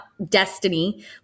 destiny